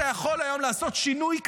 אתה יכול היום לעשות שינוי כזה.